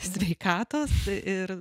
sveikatos ir